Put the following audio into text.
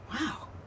Wow